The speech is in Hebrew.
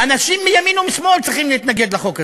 אנשים מימין ומשמאל צריכים להתנגד לחוק הזה.